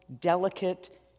delicate